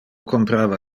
comprava